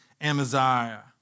Amaziah